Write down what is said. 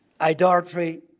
idolatry